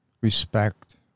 respect